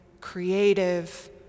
creative